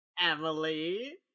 Emily